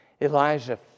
Elijah